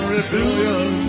Rebellion